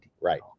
right